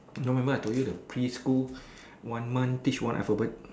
no remember I told you the preschool one month teach one alphabet